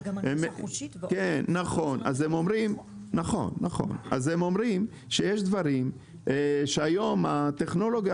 הם אומרים שיש דברים שהיום הטכנולוגיה